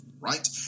right